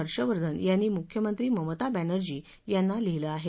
हर्षवर्धन यांनी मुख्यमंत्री ममता बॅनर्जी यांना लिहिलं आहे